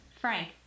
Frank